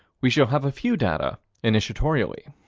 we shall have a few data initiatorily.